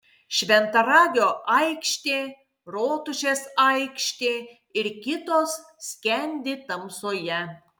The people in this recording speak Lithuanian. šventaragio aikštė rotušės aikštė ir kitos skendi tamsoje